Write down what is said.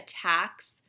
attacks